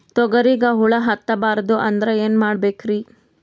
ತೊಗರಿಗ ಹುಳ ಹತ್ತಬಾರದು ಅಂದ್ರ ಏನ್ ಮಾಡಬೇಕ್ರಿ?